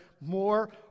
more